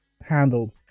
handled